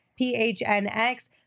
PHNX